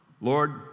Lord